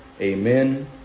Amen